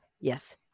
Yes